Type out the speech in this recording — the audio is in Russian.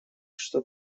что